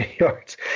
yards